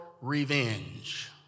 revenge